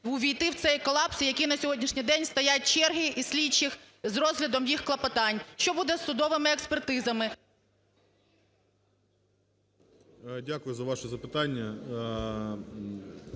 ввійти в цей колапс, який на сьогоднішній день стоять черги із слідчих із розглядом їх клопотань? Що буде з судовими експертизами? 10:42:22 ГРОЙСМАН В.Б.